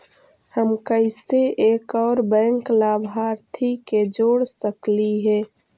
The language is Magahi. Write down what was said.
हम कैसे एक और बैंक लाभार्थी के जोड़ सकली हे?